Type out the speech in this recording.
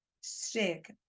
stick